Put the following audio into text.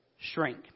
shrink